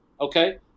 okay